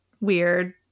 weird